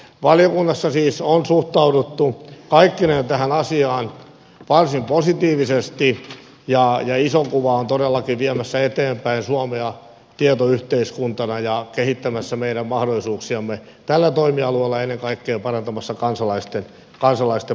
valiokunnassa siis on suhtauduttu kaikkineen tähän asiaan varsin positiivisesti ja isona kuvana ollaan todellakin viemässä eteenpäin suomea tietoyhteiskuntana ja kehittämässä meidän mahdollisuuksiamme tällä toimialueella ja ennen kaikkea parantamassa kansalaisten palveluita